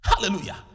Hallelujah